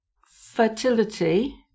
fertility